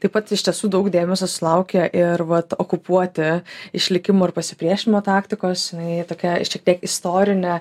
taip pat iš tiesų daug dėmesio sulaukia ir vat okupuoti išlikimo ir pasipriešinimo taktikos jinai tokia šiek tiek istorine